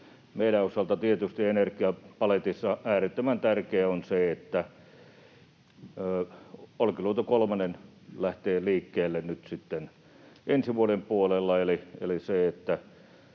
Meidän osaltamme tietysti energiapaletissa äärettömän tärkeää on se, että Olkiluoto kolmonen lähtee liikkeelle nyt sitten ensi vuoden puolella.